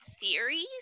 theories